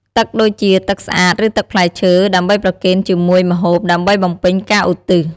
ទឹកដូចជា ទឹកស្អាត ឬទឹកផ្លែឈើ ដើម្បីប្រគេនជាមួយម្ហូប ដើម្បីបំពេញការឧទ្ទិស។